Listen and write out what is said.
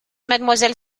mademoiselle